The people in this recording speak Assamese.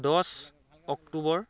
দহ অক্টোবৰ